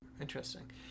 Interesting